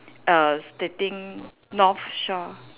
err stating North Shore